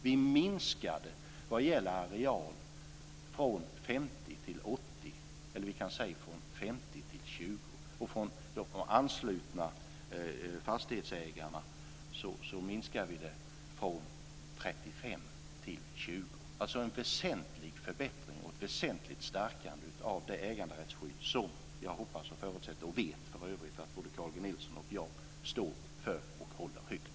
Vi minskar det vad gäller areal från 50 % till 20 %, och vad gäller de anslutna fastighetsägarna minskar vi det från 35 % till 20 %. Det är alltså en väsentlig förbättring och ett väsentligt stärkande av det äganderättsskydd som jag hoppas, förutsätter och för övrigt vet att både Carl G Nilsson och jag står för och håller högt.